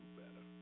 better